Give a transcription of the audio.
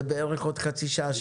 זה בערך עוד חצי שעה,